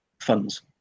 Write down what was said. funds